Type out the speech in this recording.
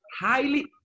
highly